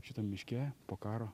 šitam miške po karo